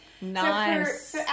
Nice